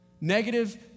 negative